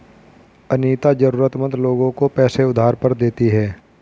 अनीता जरूरतमंद लोगों को पैसे उधार पर देती है